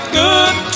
good